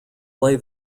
lay